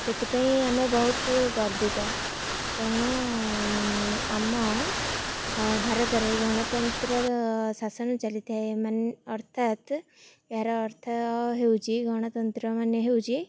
ସେଥିପାଇଁ ଆମେ ବହୁତ ଗର୍ବିତ ତେଣୁ ଆମ ଭାରତରେ ଗଣତନ୍ତ୍ର ଶାସନ ଚାଲିଥାଏ ମାନେ ଅର୍ଥାତ୍ ଏହାର ଅର୍ଥାତ୍ ହେଉଛି ଗଣତନ୍ତ୍ର ମାନେ ହେଉଛି